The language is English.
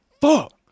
Fuck